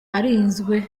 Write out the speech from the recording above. arinzwe